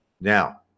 Now